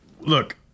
Look